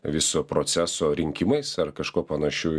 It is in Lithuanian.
viso proceso rinkimais ar kažkuo panašiu